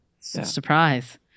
Surprise